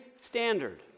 standard